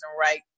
right